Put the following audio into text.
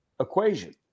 equation